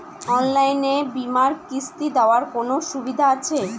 অনলাইনে বীমার কিস্তি দেওয়ার কোন সুবিধে আছে?